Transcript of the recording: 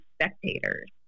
spectators